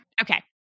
Okay